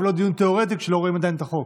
ולא דיון תיאורטי כשלא רואים עכשיו את החוק.